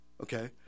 okay